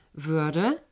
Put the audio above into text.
würde